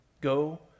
Go